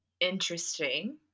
interesting